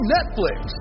Netflix